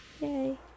Yay